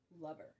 lover